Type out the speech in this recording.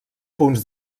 punts